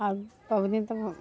आओर बहुत दिन तऽ